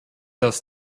das